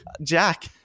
jack